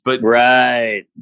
Right